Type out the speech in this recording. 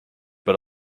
but